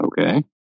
Okay